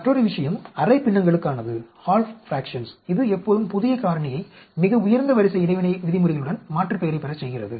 மற்றொரு விஷயம் அரை பின்னங்களுக்கானது இது எப்போதும் புதிய காரணியை மிக உயர்ந்த வரிசை இடைவினை விதிமுறைகளுடன் மாற்றுபெயரை பெறச் செய்கிறது